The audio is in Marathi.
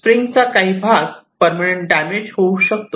स्प्रिंगचा काही भाग परमनंट डॅमेज होऊ शकतो